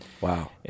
Wow